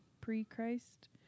pre-Christ